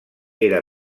era